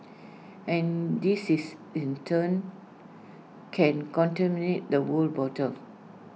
and this is in turn can contaminate the whole bottle